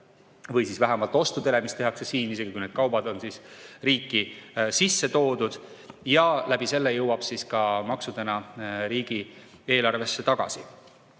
või siis vähemalt ostudele, mis tehakse siin, isegi kui need kaubad on riiki sisse toodud, ja läbi selle jõuab ka maksudena riigieelarvesse tagasi.